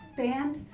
band